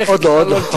עוד לא, עוד לא,